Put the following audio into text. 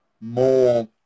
more